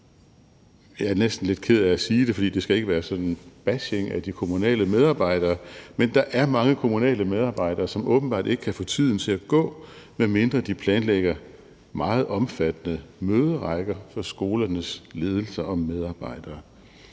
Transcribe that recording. jeg er næsten lidt ked af at sige det, for det skal ikke være sådan en bashing af de kommunale medarbejdere, at der er mange kommunale medarbejdere, som åbenbart ikke kan få tiden til at gå, medmindre de planlægger meget omfattende møderækker for skolernes ledelser og medarbejdere,